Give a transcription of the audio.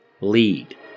lead